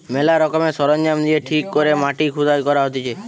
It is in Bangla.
ম্যালা রকমের সরঞ্জাম দিয়ে ঠিক করে মাটি খুদাই করা হতিছে